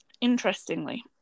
interestingly